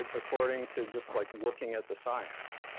according to just like looking at the science.